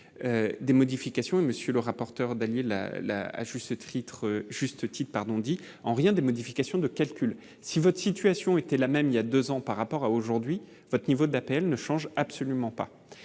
des modifications et monsieur le rapporteur Daniel à la, à juste titre juste type pardon dit en rien des modifications de calcul si votre situation était la même : il y a 2 ans par rapport à aujourd'hui votre niveau d'appel ne change absolument pas